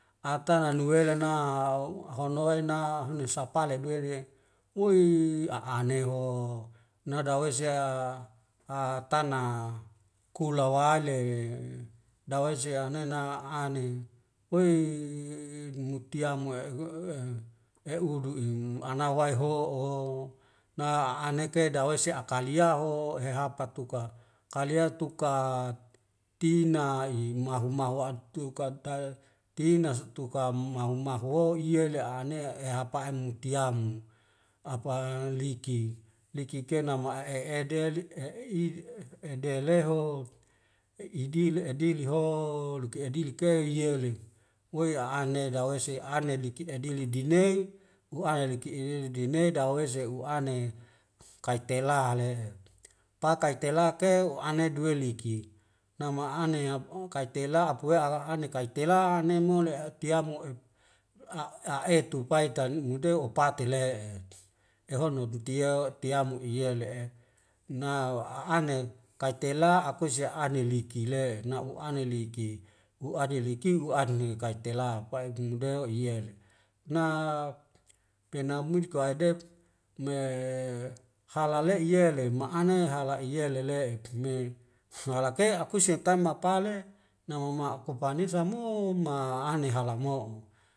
Atana la nuwelan o ahonoe na uhun isapale dwerie e moi a'aneho nada wesia a atana kulawale dawei sia anena ani wei mutia mu eh udu im anawae ho'o na aneke dawese akalia ho he hapatuka kalia tuka tina i mahu mahu wadtuka tael tina suk tuka mahu mahu wo ie la ane ehapa'i mumutiamu apa liki liki kenama ma'e'eded e i edele ho ihdile adile ho duke adile ke yelem woi a'ane dawei seane dikita adili dinei u'aya liki enene dinei dawei se'uane kai tela le pakai itelak ke u'ana duwe liki nama ane yap o kaitela apuye a agar anik kaitela neimole atiamo ep a ae'u tupai tanmudeu upati le'e ehono kutiao tiamo iyele'e na wa wa'anet kaitela akusi ane liki lea na u'ane liki u'adiliki u'adni kaitela pai'i ndimude u iyere nak penamuik kaf adep me halale'i yele ma'ane hala iyele lele'ek me walake akuse kami mapale nama mauk ku panis samo ma'ane hala mo'o